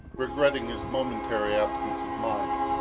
regretting his momentary absence of mind,